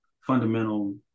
fundamental